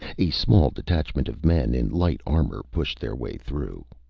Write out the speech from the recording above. a small detachment of men in light armor pushed their way through.